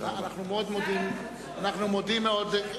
אנחנו מודים מאוד.